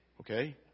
Okay